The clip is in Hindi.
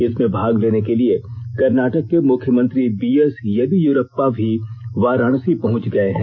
इसमें भाग लेने के लिए कर्नाटक के मुख्यमंत्री बीएस येदियुरप्पा भी वाराणसी पहुंच गए हैं